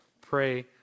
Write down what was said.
pray